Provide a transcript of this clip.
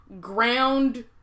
ground